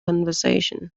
conversation